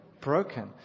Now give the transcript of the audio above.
broken